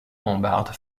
rambarde